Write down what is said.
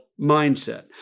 mindset